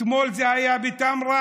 אתמול זה היה בטמרה,